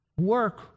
work